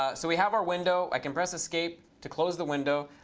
so we have our window. i can press escape to close the window.